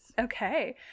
Okay